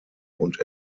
und